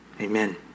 Amen